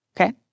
Okay